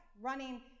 running